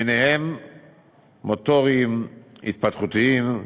וביניהם מוטוריים, התפתחותיים,